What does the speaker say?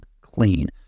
clean